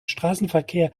straßenverkehr